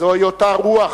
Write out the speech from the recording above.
זוהי אותה רוח